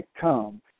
Come